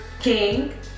king